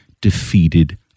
defeated